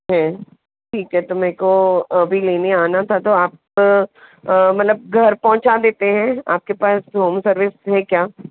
है ठीक है तो मेरे को अभी लेने आना था तो आप मतलब घर पहुंचा देते हैं आपके पास होम सर्विस है क्या